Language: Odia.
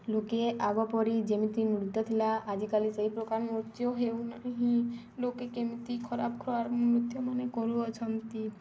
ଲୋକେ ଆଗ ପରି ଯେମିତି ନୃତ୍ୟ ଥିଲା ଆଜିକାଲି ସେଇ ପ୍ରକାର ନୃତ୍ୟ ହେଉନାହିିଁ ଲୋକେ କେମିତି ଖରାପ ଖରାପ ନୃତ୍ୟମାନେ କରୁଅଛନ୍ତି